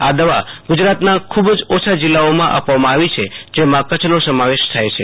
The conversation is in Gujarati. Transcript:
આ દવા ગુજરાતના ખૂ બ જ ઓછા જિલ્લાઓમાં આપવામાં આવી છે જેમાં કથ્છનો સમાવેશ થાય છે